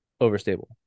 overstable